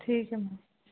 ਠੀਕ ਹੈ ਮੈਮ